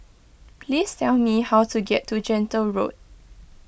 please tell me how to get to Gentle Road